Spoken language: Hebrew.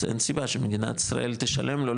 אין סיבה שמדינת ישראל תשלם לו,